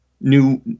new